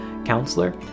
counselor